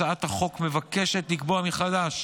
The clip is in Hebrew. הצעת החוק מבקשת לקבוע מחדש